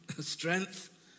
strength